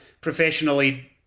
professionally